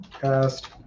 cast